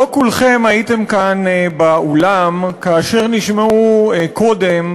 לא כולכם הייתם כאן באולם כאשר נשמעו קודם,